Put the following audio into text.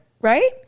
Right